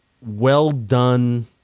well-done